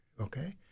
okay